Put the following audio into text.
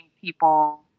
people